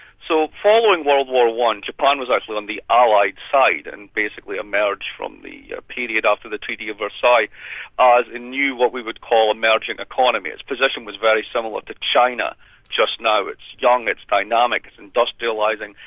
so following world war one japan was actually on the allied side and basically emerged from the period after the treaty of versailles as a new what we would call emerging economy. its position was very similar to china just now. it's young, it's dynamic, it's industrialising,